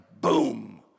boom